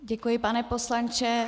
Děkuji, pane poslanče.